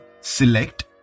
select